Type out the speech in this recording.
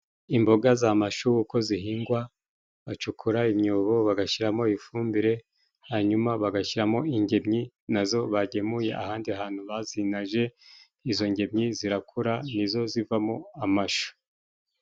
Imboga z'amashu uko zihingwa bacukura imyobo bagashyiramo ifumbire, hanyuma bagashyiramo ingemyi nazo bagemuye ahandi hantu bazinaje, izo ngemyi zirakura nizo zivamo amashu.